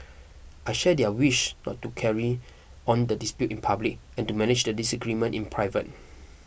I share their wish not to carry on the dispute in public and to manage the disagreement in private